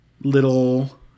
little